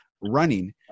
running